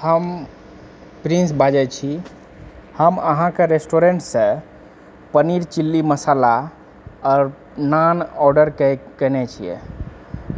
हम प्रिंस बाजै छी हम अहाँकऽ रेस्टुरेंटसँ नीर चिली मसाला आओर नान आर्डर केने छिऐ